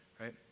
Right